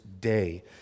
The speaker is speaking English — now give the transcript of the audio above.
Day